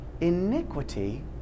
iniquity